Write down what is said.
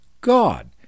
God